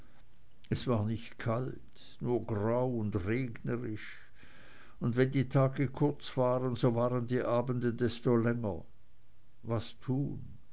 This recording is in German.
es war nicht kalt nur grau und regnerisch und wenn die tage kurz waren so waren die abende desto länger was tun